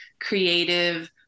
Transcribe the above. creative